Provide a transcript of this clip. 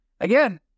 Again